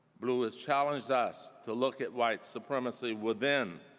bluu has challenged us to look at white supremacy within.